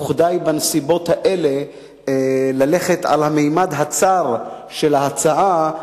וכדאי בנסיבות האלה ללכת על הממד הצר של ההצעה,